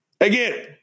Again